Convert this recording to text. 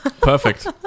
Perfect